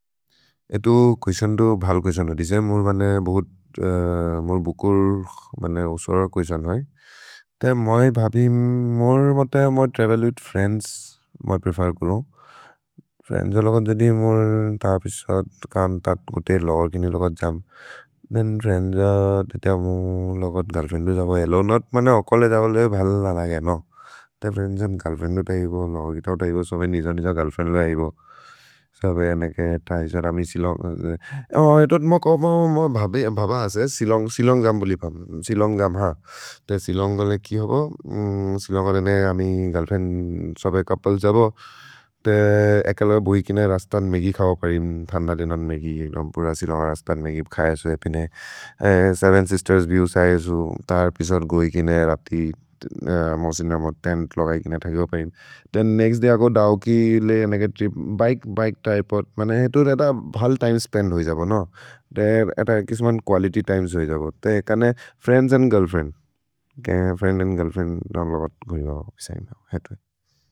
एतु कुएस्तिओन् तो भल् कुएस्तिओन् ह दिसेम्, मुर् बुकुर् उस्वरर् कुएस्तिओन् है। ते मै भबिम्, मुर् मते त्रवेल् विथ् फ्रिएन्द्स् मै प्रेफेर् कुरु। फ्रिएन्द्स् ज लोगत् जदि मुर् तपिसत् कान् तत् कुतेर् लोगर् किनि लोगत् जम्। थेन् फ्रिएन्द्स् ज देत मुर् लोगत् गिर्ल्फ्रिएन्द् दो जब हेल्लो नोत्। मने अकले जबल् ए भल् न भग्य न। ते फ्रिएन्द्स् जन् गिर्ल्फ्रिएन्द् दो त हिबो, लोगत् गितओ त हिबो, सोमे निस निस गिर्ल्फ्रिएन्द् दो त हिबो। सबे अनेके त हि सद अमि सिलोन्ग्। एतो म भब असे, सिलोन्ग् जम् बुलिपम्। सिलोन्ग् जम् ह। ते सिलोन्ग् गने की होबो? सिलोन्ग् गने ने अमि गिर्ल्फ्रिएन्द्, सोबे चोउप्ले जबो। ते एकल भि किने रस्तन् मेगि खव परिन्। थन्द लेनोन् मेगि। पुर सिलोन्ग् रस्तन् मेगि खय सो एपिने। सेवेन् सिस्तेर्स् विएव्स् अयेसु। तर् पिसत् गोइ किने, रति, मसिन मोर् तेन्त् लोगय् किने थगि हो परिन्। थेन् नेक्स्त् दय् अको दव्कि ले नेगत्रि। भिके, बिके, त्रिपोद्। मने हेतु रेह्त भल् तिमे स्पेन्द् होइ जबो न। ते एत किस्मन् कुअलित्य् तिमेस् होइ जबो। ते कने फ्रिएन्द्स् अन्द् गिर्ल्फ्रिएन्द्। के फ्रिएन्द्स् अन्द् गिर्ल्फ्रिएन्द्। लोगत् गोइ बब। हेतु रेह्त।